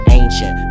ancient